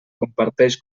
comparteix